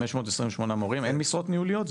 אין משרות ניהוליות?